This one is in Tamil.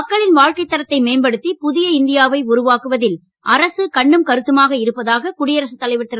மக்களின் வாழ்க்கை தரத்தை மேம்படுத்தி புதிய இந்தியாவை உருவாக்குவதில் அரசு கண்ணும் கருத்துமாக இருப்பதாக குடியரசுத் தலைவர் திரு